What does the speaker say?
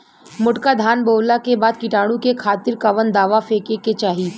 मोटका धान बोवला के बाद कीटाणु के खातिर कवन दावा फेके के चाही?